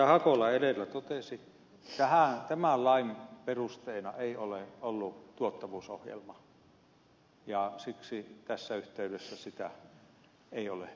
hakola edellä totesi tämän lain perusteena ei ole ollut tuottavuusohjelma ja siksi tässä yhteydessä sitä ei ole myöskään käsitelty